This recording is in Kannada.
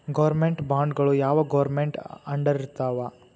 ಗೌರ್ಮೆನ್ಟ್ ಬಾಂಡ್ಗಳು ಯಾವ್ ಗೌರ್ಮೆನ್ಟ್ ಅಂಡರಿರ್ತಾವ?